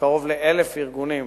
קרוב ל-1,000 ארגונים